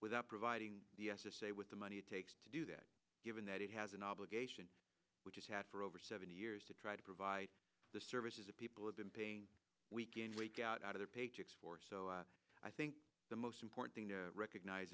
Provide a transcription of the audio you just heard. without providing the s s a with the money it takes to do that given that it has an obligation we just had for over seventy years to try to provide the services that people have been paying week in week out of their paychecks for so i think the most important thing to recognize